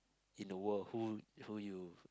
in the world who who you